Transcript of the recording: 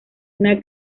una